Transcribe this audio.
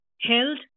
held